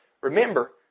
Remember